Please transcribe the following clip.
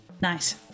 Nice